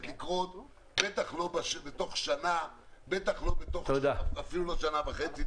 לקרות בטח לא בתוך שנה ואפילו לא שנה וחצי.